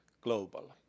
global